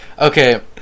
Okay